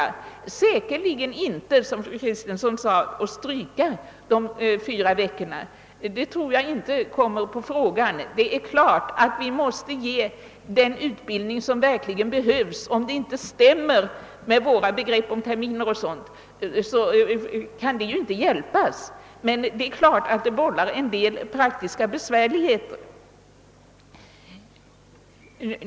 Det går säkerligen inte, som fru Kristensson sade, att stryka de fyra veckorna. Det tror jag inte kommer i fråga. Det är klart att vi måste ge den utbildning som verkligen behövs. Om det inte stämmer med våra begrepp om terminer och sådant, kan det inte hjälpas. Men det vållar givetvis en del praktiska besvärligheter.